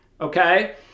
okay